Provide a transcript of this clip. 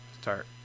start